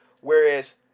Whereas